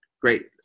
great